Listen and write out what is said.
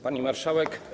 Pani Marszałek!